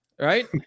right